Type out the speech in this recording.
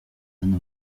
kandi